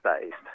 based